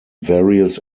various